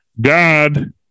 God